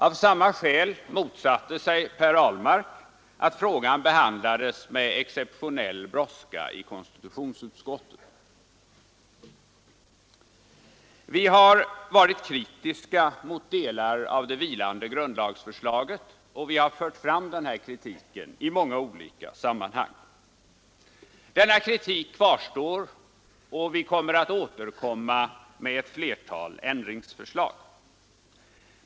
Av samma skäl motsatte sig Per Ahlmark att frågan behandlades med exceptionell brådska i konstitutionsutskottet. Vi har varit kritiska mot delar av det vilande grundlagsförslaget, och vi har fört fram kritiken i många olika sammanhang. Denna kritik kvarstår, och vi återkommer med ett flertal ändringsförslag.